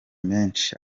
menshi